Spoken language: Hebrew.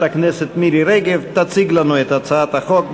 הכנסת מירי רגב תציג לנו את הצעת החוק,